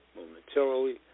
momentarily